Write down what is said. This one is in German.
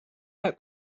herr